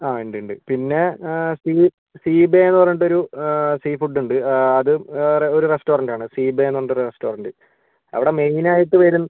ആ ഉണ്ട് ഉണ്ട് പിന്നെ സീബേ എന്നു പറഞ്ഞിട്ടൊരു സീ ഫുഡ് ഉണ്ട് അത് വേറെ ഒരു റെസ്റ്റോറൻറ് ആണ് സീബേ എന്നു പറഞ്ഞിട്ടൊരു റെസ്റ്റോറൻറ് അവിടെ മെയിനായിട്ട് വരുന്നത്